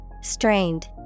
Strained